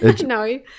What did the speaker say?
No